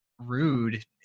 rude